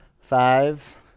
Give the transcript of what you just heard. Five